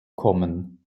kommen